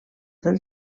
del